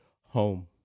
home